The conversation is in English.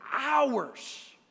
hours